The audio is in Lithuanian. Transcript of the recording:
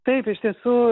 taip iš tiesų